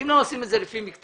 אם לא עושים את זה לפי מקטעים,